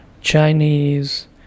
Chinese